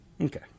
Okay